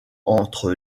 entre